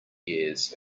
years